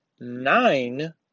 nine